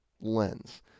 lens